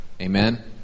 Amen